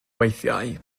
weithiau